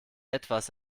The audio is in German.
etwas